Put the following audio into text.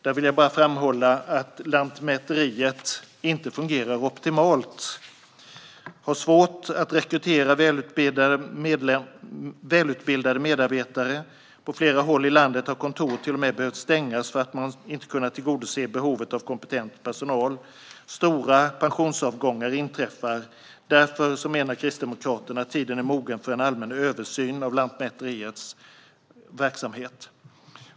Jag vill framhålla att Lantmäteriet inte fungerar optimalt och har svårt att rekrytera välutbildade medarbetare. På flera håll i landet har kontor till och med behövt stängas för att man inte har kunnat tillgodose behovet av kompetent personal när detta sammanfaller med stora pensionsavgångar. Därför menar Kristdemokraterna att tiden är mogen för en allmän översyn av Lantmäteriets verksamhet.